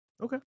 Okay